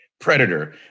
Predator